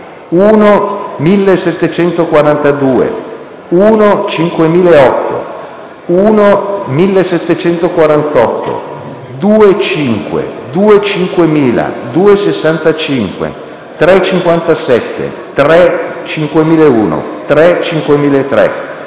1.1742, 1.5008, 1.1748, 2.5, 2.5000, 2.65, 3.57, 3.5001, 3.5003,